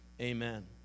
amen